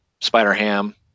Spider-Ham